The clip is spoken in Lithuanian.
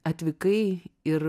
atvykai ir